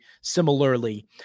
similarly